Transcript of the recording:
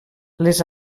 les